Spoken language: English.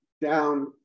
down